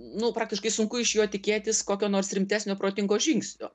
nu praktiškai sunku iš jo tikėtis kokio nors rimtesnio protingo žingsnio